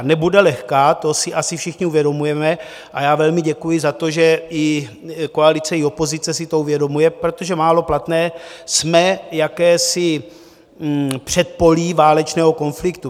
Nebude lehká, to si asi všichni uvědomujeme, a já velmi děkuji za to, že i koalice, i opozice si to uvědomuje, protože málo platné, jsme v jakémsi předpolí válečného konfliktu.